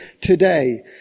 today